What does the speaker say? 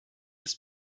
ist